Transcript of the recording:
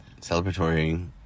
Celebratory